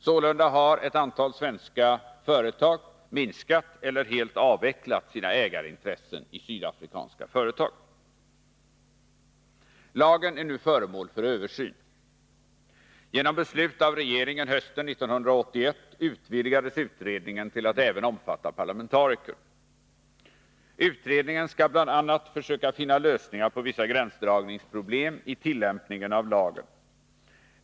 Sålunda har ett antal svenska företag minskat eller helt avvecklat sina ägarintressen i sydafrikanska företag. Lagen är nu föremål för översyn. Genom beslut av regeringen hösten 1981 utvidgades utredningen till att även omfatta parlamentariker. Utredningen skall bl.a. försöka finna lösningar på vissa gränsdragningsproblem i tillämpningen av lagen.